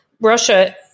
Russia